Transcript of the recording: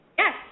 Yes